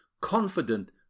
confident